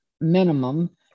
minimum